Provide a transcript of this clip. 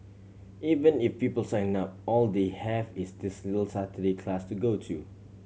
even if people sign up all they have is this little Saturday class to go to